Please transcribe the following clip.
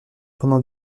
pendant